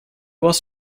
was